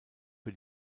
für